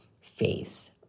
face